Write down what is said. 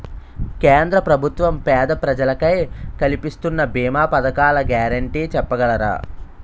కేంద్ర ప్రభుత్వం పేద ప్రజలకై కలిపిస్తున్న భీమా పథకాల గ్యారంటీ చెప్పగలరా?